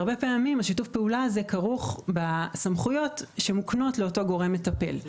הרבה פעמים שיתוף הפעולה הזה כרוך בסמכויות שמוקנות לאותו גורם מטפל.